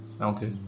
Okay